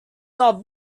not